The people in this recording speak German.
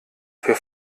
für